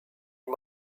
you